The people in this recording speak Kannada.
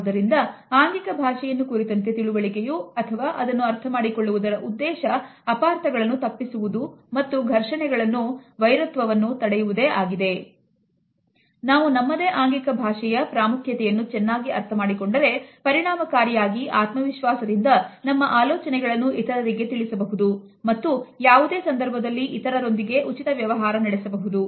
ಆದುದರಿಂದ ಆಂಗಿಕ ಭಾಷೆಯನ್ನು ಕುರಿತಂತೆ ತಿಳುವಳಿಕೆಯು ಅಥವಾ ಅದನ್ನು ಅರ್ಥಮಾಡಿಕೊಳ್ಳುವುದರ ಉದ್ದೇಶ ಅಪಾರ್ಥಗಳನ್ನು ತಪ್ಪಿಸುವುದು ಮತ್ತು ಘರ್ಷಣೆಗಳನ್ನು ವೈರತ್ವವನ್ನು ತಡೆಯುವುದೇ ಆಗಿದೆ